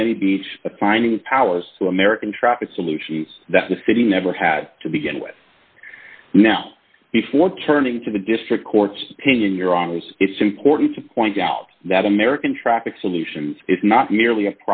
miami beach assigning powers to american traffic solution that the city never had to begin with now before turning to the district court's opinion you're wrong it's important to point out that american traffic solution is not merely a